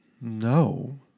no